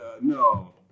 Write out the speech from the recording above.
no